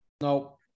no